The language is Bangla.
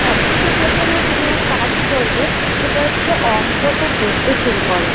সব থেকে প্রথমে তুমি এক কাজ করবে সেটা হচ্ছে অঙ্কটা করতে শুরু করো